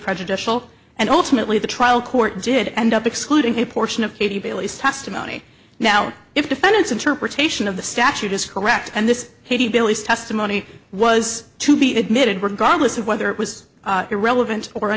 prejudicial and ultimately the trial court did end up excluding a portion of katie bailey's testimony now if defendant's interpretation of the statute is correct and this he believes testimony was to be admitted regardless of whether it was irrelevant or